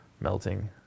melting